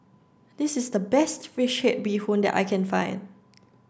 this is the best fish head bee hoon that I can find